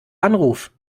anruf